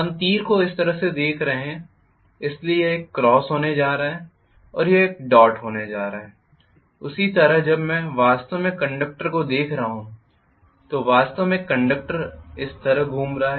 हम तीर को इस तरह से देख रहे हैं इसीलिए यह एक क्रॉस होने जा रहा है और यह एक डॉट होने जा रहा है उसी तरह जब मैं वास्तव में कंडक्टर को देख रहा हूँ तो वास्तव में कंडक्टर इस तरह घूम रहा है